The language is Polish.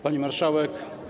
Pani Marszałek!